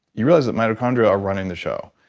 you realize that mitochondria are running the show.